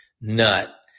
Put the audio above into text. nut